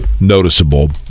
noticeable